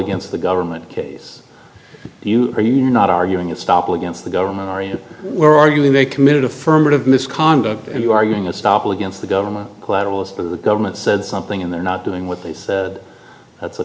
against the government case you are you're not arguing a stop against the government are you were arguing they committed affirmative misconduct and you are using a stop against the government collateral is for the government said something and they're not doing what they said that's a